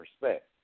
respect